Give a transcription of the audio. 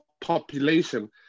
population